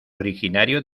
originario